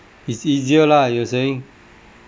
it's easier lah you are saying